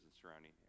surrounding